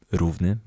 równy